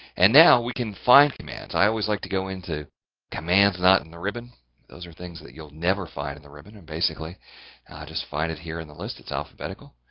and now we can find commands. i always like to go into commands not in the ribbon those are things that you'll never find in the ribbon and basically i just find it here in the list, it's alphabetical.